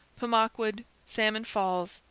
pemaquid, salmon falls,